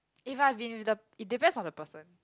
if I've been with the it depends on the person